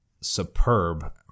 superb